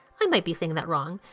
i might be saying that wrong.